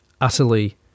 utterly